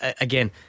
Again